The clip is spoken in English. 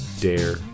dare